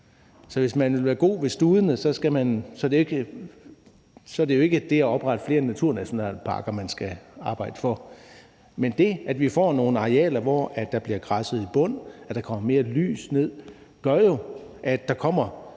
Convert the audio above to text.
Så hvis man vil være god ved studene, er det jo ikke det at oprette flere naturnationalparker, man skal arbejde for. Men det, at vi får nogle arealer, hvor der bliver græsset i bund, og hvor der kommer mere lys ned, gør jo, at der kommer